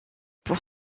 pour